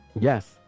yes